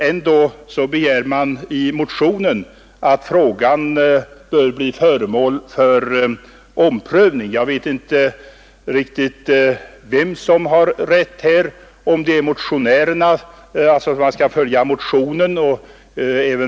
Ändå begärs det i motionen att frågan skall bli föremål för omprövning. Jag vet inte riktigt vem som har rätt.